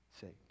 saved